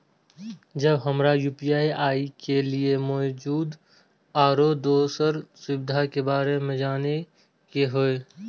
जब हमरा यू.पी.आई के लिये मौजूद आरो दोसर सुविधा के बारे में जाने के होय?